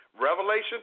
Revelation